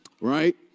Right